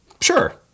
Sure